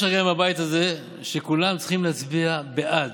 יש רגעים בבית הזה, שכולם צריכים להצביע בעד.